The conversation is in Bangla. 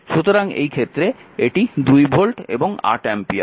সুতরাং এই ক্ষেত্রে এটি 2 ভোল্ট এবং 8 অ্যাম্পিয়ার